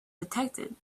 detected